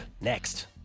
next